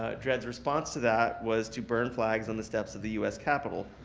dread's response to that was to burn flags on the steps of the us capital,